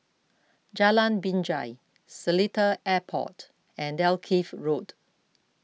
Jalan Binjai Seletar Airport and Dalkeith Road